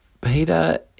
Peter